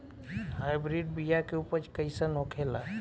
Hybrid बीया के उपज कैसन होखे ला?